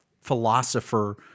philosopher